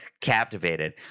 captivated